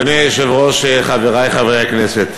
אדוני היושב-ראש, חברי חברי הכנסת,